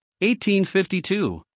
1852